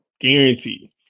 Guaranteed